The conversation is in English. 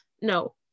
No